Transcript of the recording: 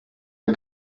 are